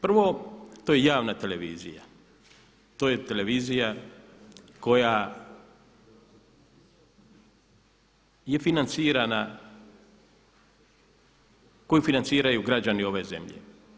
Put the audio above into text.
Prvo, to je javna televizija, to je televizija koja je financirana koju financiraju građani ove zemlje.